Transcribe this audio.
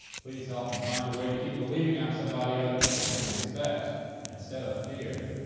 please help me find a way to keep believing i'm somebody other people can respect instead of fear.